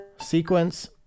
sequence